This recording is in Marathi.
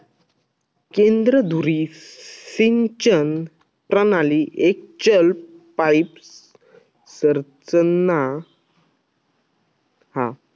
केंद्र धुरी सिंचन प्रणाली एक चल पाईप संरचना हा